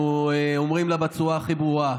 ואנחנו אומרים לה בצורה הכי ברורה: